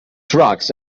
trucks